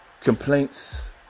Complaints